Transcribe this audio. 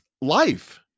life